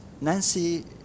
Nancy